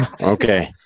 Okay